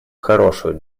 хорошую